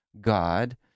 God